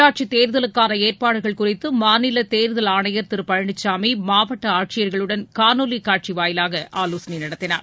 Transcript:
உள்ளாட்சி தேர்தலுக்கான ஏற்பாடுகள் குறித்து மாநில தேர்தல் ஆணையர் திரு பழனிசாமி மாவட்ட ஆட்சியர்களுடன் காணொலி காட்சி வாயிலாக ஆலோசனை நடத்தினார்